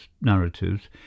narratives